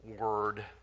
word